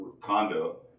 condo